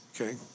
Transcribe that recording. Okay